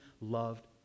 loved